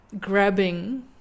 grabbing